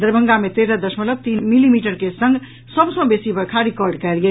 दरभंगा मे तेरह दशमलव तीन मिलीमीटर के संग सभ सँ बेसी वर्षा रिकॉर्ड कयल गेल